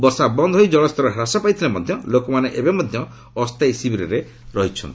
ବର୍ଷା ବନ୍ଦ ହୋଇ କଳସ୍ତର ହାସ ପାଇଥିଲେ ମଧ୍ୟ ଲୋକମାନେ ଏବେ ମଧ୍ୟ ଅସ୍ଥାୟୀ ଶିବିରରେ ରହିଛନ୍ତି